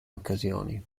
occasioni